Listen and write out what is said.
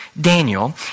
Daniel